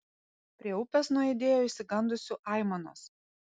prie upės nuaidėjo išsigandusių aimanos